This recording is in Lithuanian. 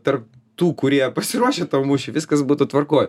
tarp tų kurie pasiruošę tam mūšiui viskas būtų tvarkoj